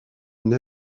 une